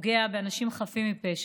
ופוגע באנשים חפים מפשע.